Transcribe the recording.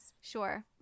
Sure